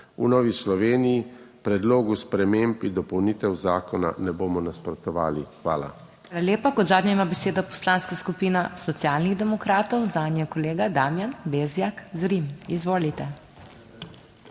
V Novi Sloveniji predlogu sprememb in dopolnitev zakona ne bomo nasprotovali. Hvala.